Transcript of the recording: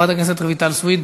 חברת הכנסת רויטל סויד,